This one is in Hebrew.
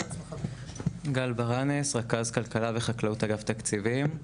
גל ברנס, רכז כלכלה וחקלאות אגף תקציבים.